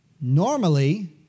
Normally